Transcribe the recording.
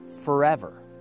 forever